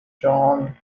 john